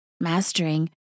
mastering